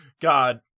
God